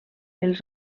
els